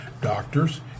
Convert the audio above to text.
Doctors